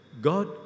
God